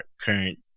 current